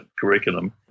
curriculum